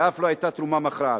שאף לו היתה תרומה מכרעת.